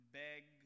beg